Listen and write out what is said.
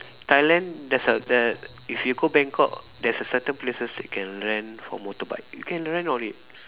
Thailand there's a there if you go Bangkok there's a certain places that you can learn for motorbike you can learn on it